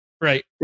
right